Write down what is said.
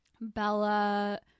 Bella